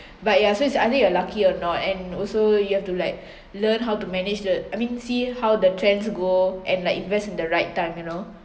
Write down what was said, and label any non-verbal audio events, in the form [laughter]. but ya so it's either you're lucky or not and also you have to like [breath] learn how to manage the I mean see how the trends go and like invest in the right time you know